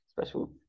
special